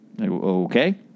Okay